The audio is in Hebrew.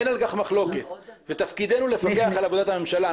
אין על כך מחלוקת ותפקידנו לפקח על עבודת הממשלה.